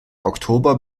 oktober